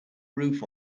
roof